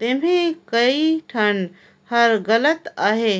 तेम्हे कए ठन हर लगत अहे